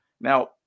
Now